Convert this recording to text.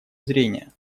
зрения